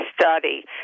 study